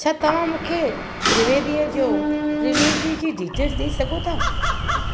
छा तव्हां मूंखे त्रिवेदीअ जो त्रिवेदीअ जी डिटेल्स ॾेइ सघो था